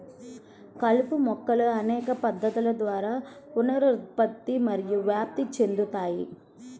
కలుపు మొక్కలు అనేక పద్ధతుల ద్వారా పునరుత్పత్తి మరియు వ్యాప్తి చెందుతాయి